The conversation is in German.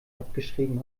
abgeschrieben